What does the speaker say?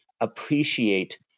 appreciate